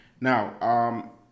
Now